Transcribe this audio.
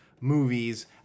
movies